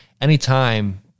anytime